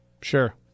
Sure